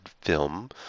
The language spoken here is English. film